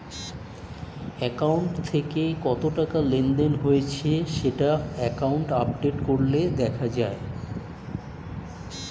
account থেকে কত টাকা লেনদেন হয়েছে সেটা অ্যাকাউন্ট আপডেট করলে দেখা যায়